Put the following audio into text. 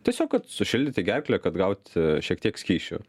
tiesiog kad sušildyti gerklę kad gauti šiek tiek skysčių